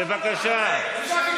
בבקשה.